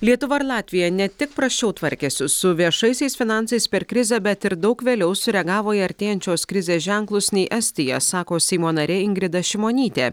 lietuva ir latvija ne tik prasčiau tvarkėsi su viešaisiais finansais per krizę bet ir daug vėliau sureagavo į artėjančios krizės ženklus nei estija sako seimo narė ingrida šimonytė